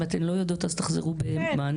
אם אתן לא יודעות תחזרו עם מענה.